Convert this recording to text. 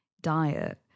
diet